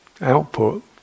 output